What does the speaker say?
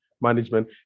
management